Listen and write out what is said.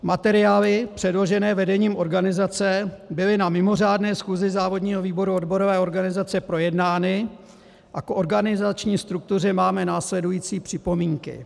Materiály předložené vedením organizace byly na mimořádné schůzi závodního výboru odborové organizace projednány a k organizační struktuře máme následující připomínky.